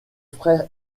frère